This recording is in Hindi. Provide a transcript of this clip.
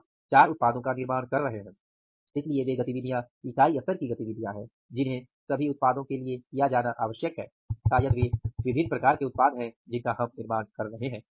आप 4 उत्पादों का निर्माण कर रहे हैं इसलिए वे गतिविधियाँ इकाई स्तर की गतिविधियाँ हैं जिन्हें सभी उत्पादों के लिए किया जाना आवश्यक है शायद वे विभिन्न प्रकार के उत्पाद हैं जिनका हम निर्माण कर रहे हैं